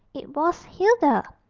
it was hilda,